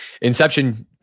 inception